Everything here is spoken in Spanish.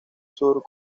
sur